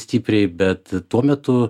stipriai bet tuo metu